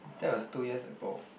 that was two years ago